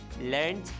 learned